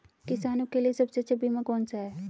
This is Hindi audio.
किसानों के लिए सबसे अच्छा बीमा कौन सा है?